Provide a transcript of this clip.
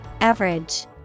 average